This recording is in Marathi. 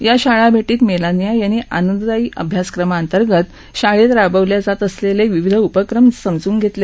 या शाळाभेटीत मेलानिया यांनी आनंददायी अभ्यासक्रमाअंतर्गत शाळेत राबवल्या जात असलेले विविध उपक्रम समजून घेतले